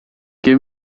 give